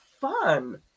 fun